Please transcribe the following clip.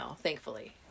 thankfully